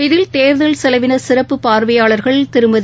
இதில் தேர்தல் செலவினசிறப்பு பார்வையாளர்கள் திருமதி